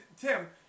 Tim